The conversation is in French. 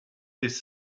des